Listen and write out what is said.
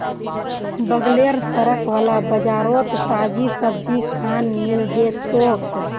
बगलेर सड़क वाला बाजारोत ताजी सब्जिखान मिल जै तोक